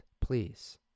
Please